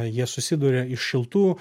jie susiduria iš šiltų